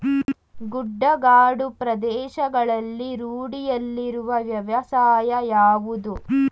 ಗುಡ್ಡಗಾಡು ಪ್ರದೇಶಗಳಲ್ಲಿ ರೂಢಿಯಲ್ಲಿರುವ ವ್ಯವಸಾಯ ಯಾವುದು?